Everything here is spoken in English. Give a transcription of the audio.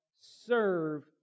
serve